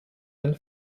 ein